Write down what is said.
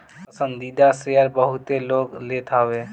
पसंदीदा शेयर बहुते लोग लेत हवे